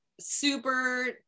super